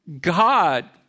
god